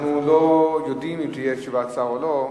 אנחנו לא יודעים אם תהיה תשובת שר או לא,